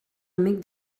amic